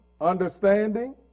understanding